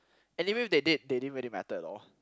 anyway if they did they didn't really matter at all